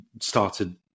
started